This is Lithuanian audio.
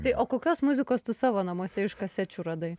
tai o kokios muzikos tu savo namuose iš kasečių radai